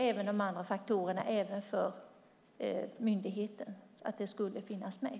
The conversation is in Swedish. Även de andra faktorerna bör finnas med i regleringsbrevet till myndigheten.